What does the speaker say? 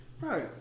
right